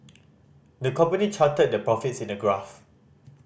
the company charted their profits in a graph